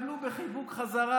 תקבלו בחיבוק חזרה,